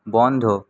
বন্ধ